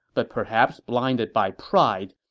but perhaps blinded by pride,